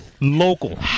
local